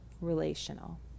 relational